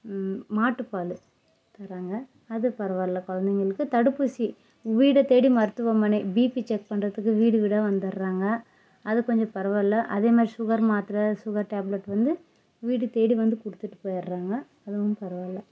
மாட்டு பால் தராங்க அது பரவாயில்லை குழந்தைங்களுக்கு தடுப்பூசி வீட தேடி மருத்துவமனை பீபி செக் பண்ணுறதுக்கு வீடு வீடாக வந்துர்றாங்க அது கொஞ்சம் பரவாயில்லை அதே மாதிரி சுகர் மாத்திர சுகர் டேப்லெட் வந்து வீடு தேடி வந்து கொடுத்துட்டு போயிடுறாங்க அதுவும் பரவாயில்லை